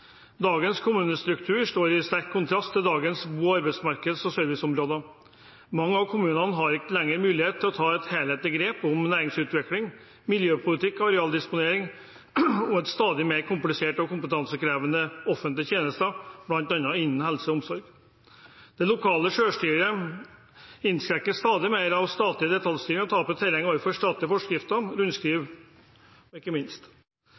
Dagens kommunestruktur står i sterk kontrast til dagens bo- og arbeidsmarkeds- og serviceområder. Mange av kommunene har ikke lenger mulighet til å ta et helhetlig grep om næringsutvikling, miljøpolitikk, arealdisponering og stadig mer kompliserte og kompetansekrevende offentlige tjenester, bl.a. innen helse og omsorg. Det lokale selvstyret innskrenkes stadig mer av statlig detaljstyring og taper terreng overfor statlige forskrifter og rundskriv – ikke minst.